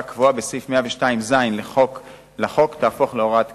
הקבועה בסעיף 102ז לחוק תהפוך להוראת קבע.